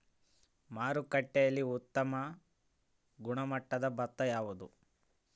ಮಾರುಕಟ್ಟೆಯಲ್ಲಿ ಉತ್ತಮ ಗುಣಮಟ್ಟದ ಭತ್ತ ಯಾವುದು?